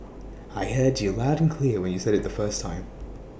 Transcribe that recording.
I heard you loud and clear when you said IT the first time